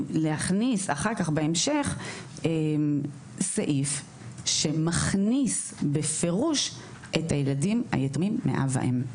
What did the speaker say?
להכניס בהמשך סעיף שמכניס בפירוש את הילדים היתומים מאב ואם.